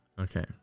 Okay